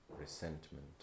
resentment